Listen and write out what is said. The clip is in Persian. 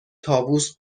طاووس